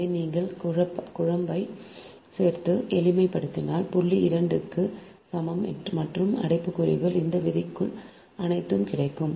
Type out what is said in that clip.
எனவே நீங்கள் குழம்பைச் சேர்த்து எளிமைப்படுத்தினால் புள்ளி 2 க்கு சமம் மற்றும் அடைப்புக்குறிக்குள் இந்த விதிமுறைகள் அனைத்தும் கிடைக்கும்